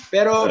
Pero